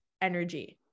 energy